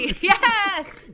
Yes